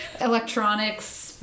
electronics